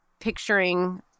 Picturing